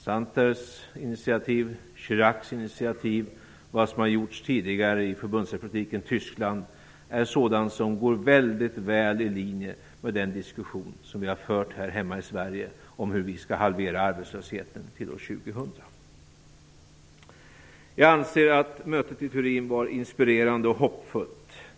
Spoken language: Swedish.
Santers initiativ, Chiracs initiativ och vad som gjorts tidigare i förbundsrepubliken Tyskland är sådant som går väldigt väl i linje med den diskussion som vi har fört här hemma i Sverige om hur vi skall halvera arbetslösheten till år 2000. Jag anser att mötet i Turin var inspirerande och hoppfullt.